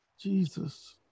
Jesus